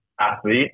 athlete